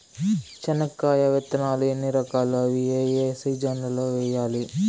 చెనక్కాయ విత్తనాలు ఎన్ని రకాలు? అవి ఏ ఏ సీజన్లలో వేయాలి?